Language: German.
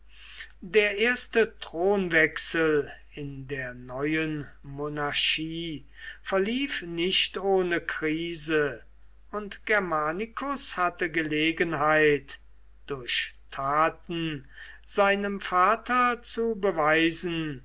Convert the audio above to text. der erste thronwechsel in der neuen monarchie verlief nicht ohne krise und germanicus hatte gelegenheit durch taten seinem vater zu beweisen